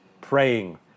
praying